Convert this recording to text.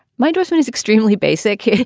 microsoft is extremely basic.